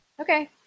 Okay